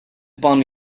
upon